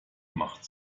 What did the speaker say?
macht